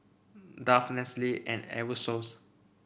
Dove Nestle and Aerosoles